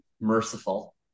merciful